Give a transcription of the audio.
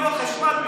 ללא חשמל,